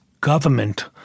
government